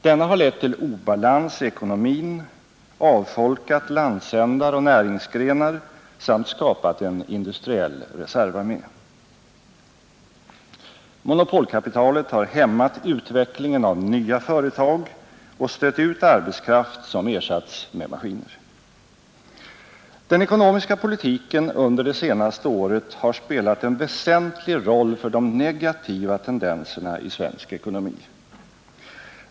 Detta har lett till obalans i ekonomin, avfolkat landsändar och näringsgrenar samt skapat en industriell reservarmé. Monopolkapitalet har hämmat utvecklingen av nya företag och stött ut arbetskraft, som har ersatts med maskiner. Den ekonomiska politiken under det senaste året har spelat en väsentlig roll för de negativa tendenserna i svensk ekonomi.